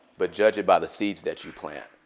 but judge it by the seeds that you plant.